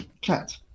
Cat